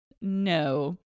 No